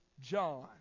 John